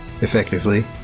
effectively